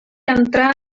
entrar